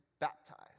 baptized